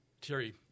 Terry